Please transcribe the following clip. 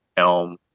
Elm